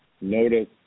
Notice